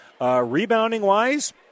Rebounding-wise